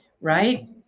right